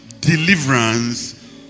deliverance